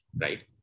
right